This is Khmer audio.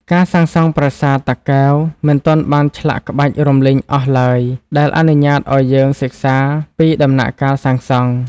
ការសាងសង់ប្រាសាទតាកែវមិនទាន់បានឆ្លាក់ក្បាច់រំលីងអស់ឡើយ ដែលអនុញ្ញាតឱ្យយើងសិក្សាពីដំណាក់កាលសាងសង់។